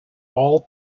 all